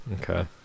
Okay